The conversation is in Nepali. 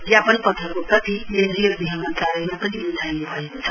ज्ञापन पत्रको प्रति केन्द्रीय गृह मन्त्रालयमा पनि बुझाउने भएको छ